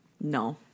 No